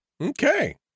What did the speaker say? Okay